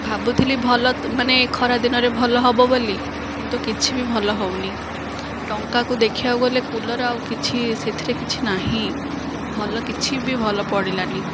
ଭାବୁଥିଲି ଭଲ ମାନେ ଖରାଦିନରେ ଭଲ ହେବ ବୋଲି କିନ୍ତୁ କିଛି ବି ଭଲ ହେଉନି ଟଙ୍କାକୁ ଦେଖିବାକୁ ଗଲେ କୁଲର ଆଉ କିଛି ସେଥିରେ କିଛି ନାହିଁ ଭଲ କିଛି ବି ଭଲ ପଡ଼ିଲାନି